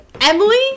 Emily